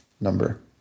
number